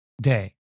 day